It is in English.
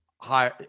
high